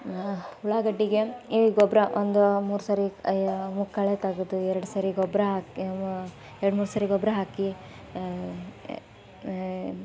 ಉಳ್ಳಾಗಡ್ಡಿಗೆ ಈ ಗೊಬ್ಬರ ಒಂದು ಮೂರುಸರಿ ಅಯ್ಯೋ ಮು ಕಳೆ ತೆಗ್ದು ಎರ್ಡು ಸರಿ ಗೊಬ್ಬರ ಹಾಕಿ ಮು ಎರಡ್ಮೂರು ಸರಿ ಗೊಬ್ಬರ ಹಾಕಿ